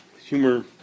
humor